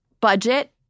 budget